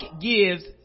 gives